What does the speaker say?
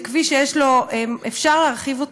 זה כביש שאפשר להרחיב.